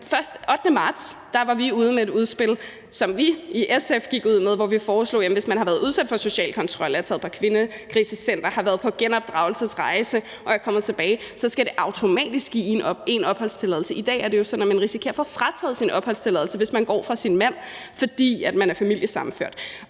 8. marts var vi i SF ude med et udspil, hvor vi foreslog, at hvis man har været udsat for social kontrol, er taget på kvindekrisecenter, har været på genopdragelsesrejse og er kommet tilbage, så skal det automatisk give en opholdstilladelse. I dag er det jo sådan, at man risikerer at få frataget sin opholdstilladelse, hvis man går fra sin mand, fordi man er familiesammenført.